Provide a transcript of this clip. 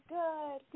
good